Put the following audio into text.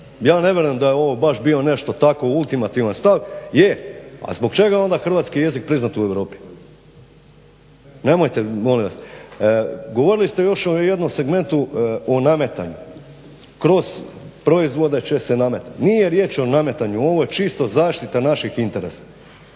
ja ne vjerujem da je ovo baš bio nešto tako ultimativan stav. Je, a zbog čega je onda hrvatski jezik priznat u Europi? Nemojte molim vas. Govorili ste još o jednom segmentu, o nametanju, kroz proizvode će se nametati. Nije riječ o nametanju, ovo je čisto zaštita naših interesa.